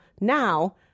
Now